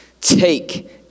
take